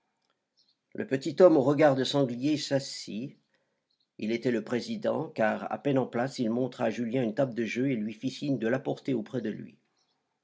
le petit homme au regard de sanglier s'assit il était le président car à peine en place il montra à julien une table de jeu et lui fit signe de l'apporter auprès de lui